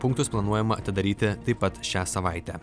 punktus planuojama atidaryti taip pat šią savaitę